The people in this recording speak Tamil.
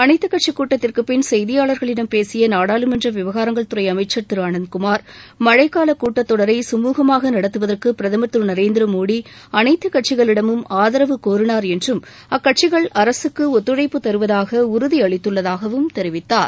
அளைத்துக் கட்சிக் கூட்டத்திற்கு பின் செய்தியாளர்களிடம் பேசிய நாடாளுன்ற விவகாரங்கள் துறை அமைச்சர் திரு அனந்த் குமார் மழைக் காலக் கூட்டத் தொடரை குமுகமாக நடத்துவதற்கு பிரதமர் திரு நரேந்திரமோடி அனைத்துக் கட்சிகளிடமும் ஆதரவு கோரினார் என்றும் அக்கட்சிகள் அரசுக்கு ஒத்துழைப்பு தருவதாக உறுதி அளித்துள்ளதாகவும் தெரிவித்தார்